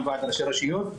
ועד ראשי רשויות.